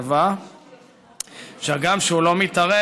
קבע שהגם שהוא לא מתערב,